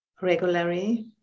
regularly